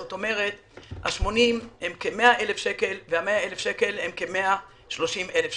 זאת אומרת 80 הם כ-100 אלף שקל ו-100 אלף שקל הם כ-130 אלף שקל.